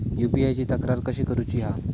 UPI ची तक्रार कशी करुची हा?